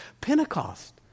Pentecost